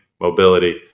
mobility